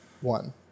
one